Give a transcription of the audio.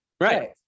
right